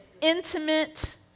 intimate